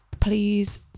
please